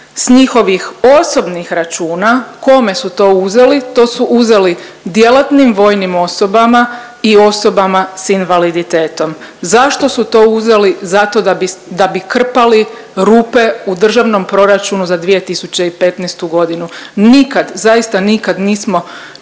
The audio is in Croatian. s njihovih osobnih računa. Kome su to uzeli? To su uzeli djelatnim vojnim osobama i osobama s invaliditetom. Zašto su to uzeli? Zato da bi krpali rupe u državnom proračunu za 2015. godinu. Nikad zaista nikad nismo